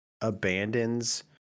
abandons